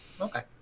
Okay